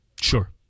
Sure